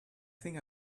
think